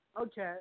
Okay